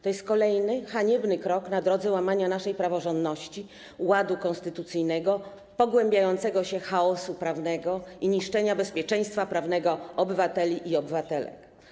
To jest kolejny haniebny krok na drodze do łamania naszej praworządności, ładu konstytucyjnego, pogłębiającego się chaosu prawnego i niszczenia bezpieczeństwa prawnego obywateli i obywatelek.